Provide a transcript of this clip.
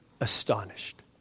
astonished